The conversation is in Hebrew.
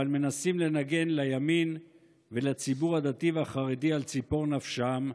אבל מנסים לנגן לימין ולציבור הדתי והחרדי על ציפור נפשם,